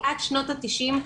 כי עד שנות ה-90,